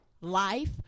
life